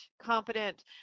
competent